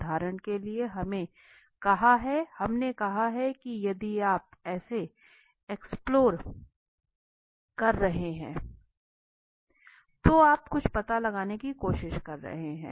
उदाहरण के लिए हमने कहा है कि यदि आप इसे एक्सप्लोर कर रहे हैं तो आप कुछ पता लगाने की कोशिश कर रहे हैं